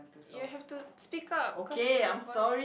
you have to speak up cause your voice